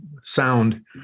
sound